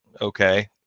okay